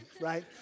right